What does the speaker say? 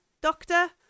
doctor